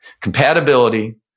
Compatibility